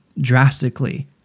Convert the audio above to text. drastically